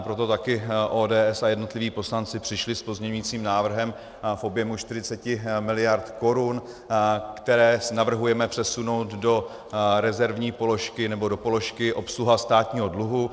Proto taky ODS a jednotliví poslanci přišli s pozměňovacím návrhem v objemu 40 miliard korun, které navrhujeme přesunout do rezervní položky nebo do položky obsluha státního dluhu.